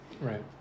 Right